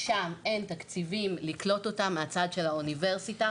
שם אין תקציבים לקלוט אותם מהצד של האוניברסיטה.